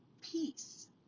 peace